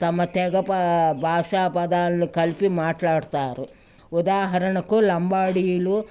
తమ తెగ భాషా పదాలను కలిపి మాట్లాడతారు ఉదాహరణకు లంబాడీలు